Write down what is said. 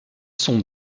sont